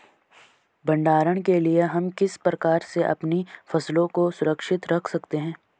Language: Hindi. भंडारण के लिए हम किस प्रकार से अपनी फसलों को सुरक्षित रख सकते हैं?